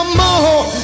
more